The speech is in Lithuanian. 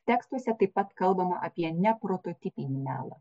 tekstuose taip pat kalbama apie ne prototipinį melą